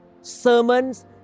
sermons